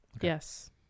Yes